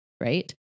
right